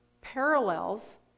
parallels